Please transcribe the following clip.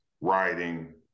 writing